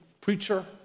preacher